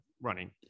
running